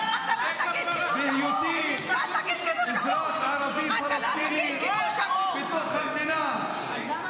בהיותי אזרח ערבי פלסטיני בתוך המדינה -- רד כבד.